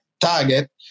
target